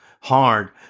hard